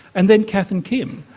and then, kath and kim,